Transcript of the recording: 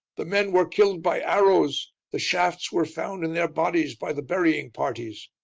the men were killed by arrows the shafts were found in their bodies by the burying parties.